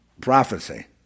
Prophecy